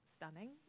stunning